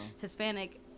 hispanic